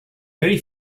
very